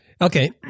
Okay